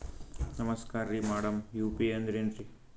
ನಮಸ್ಕಾರ್ರಿ madam UPI ಅಂದ್ರೆನ್ರಿ?